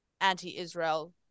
anti-Israel